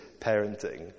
parenting